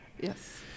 yes